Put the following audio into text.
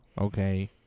okay